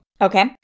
Okay